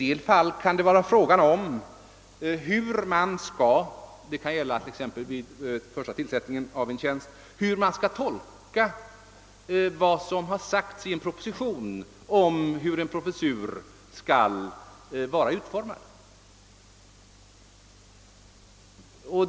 Det kan nämligen i en del fall, t.ex. vid förstagångstillsättningen av en tjänst, gälla att tolka vad som i en proposition uttalas om utformningen av viss professur.